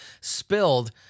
spilled